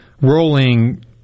rolling